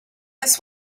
this